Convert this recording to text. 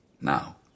Now